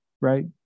right